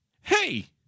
hey